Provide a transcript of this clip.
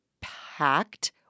packed